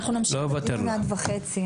אנחנו נמשיך את הדין עד בחצי.